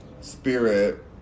spirit